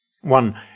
One